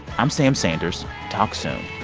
i'm sam sanders. talk soon.